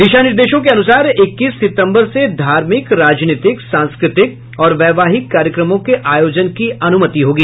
दिशा निर्देशों के अनुसार इक्कीस सितम्बर से धार्मिक राजनीतिक सांस्कृतिक और वैवाहिक कार्यक्रमों के आयोजन की अन्मति होगी